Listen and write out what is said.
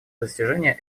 достижения